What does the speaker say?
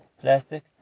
plastic